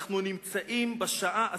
אנחנו נמצאים בשעה הזאת,